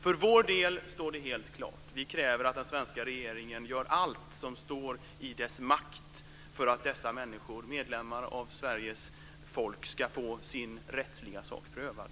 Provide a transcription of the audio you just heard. För vår del står det helt klart. Vi kräver att den svenska regeringen gör allt som står i dess makt för att dessa människor, medlemmar av Sveriges folk, ska få sin rättsliga sak prövad.